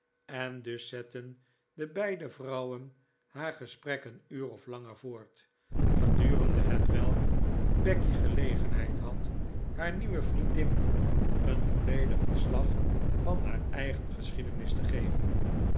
en dus zetten de beide vrouwen haar gesprek een uur of langer voort gedurende hetwelk becky gelegenheid had haar nieuwe vriendin een volledig verslag van haar eigen geschiedenis te geven